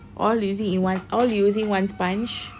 all using in one all using one sponge